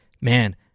Man